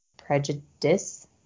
prejudice